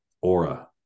aura